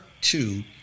two